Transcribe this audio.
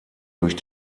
durch